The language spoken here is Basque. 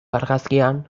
argazkian